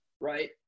right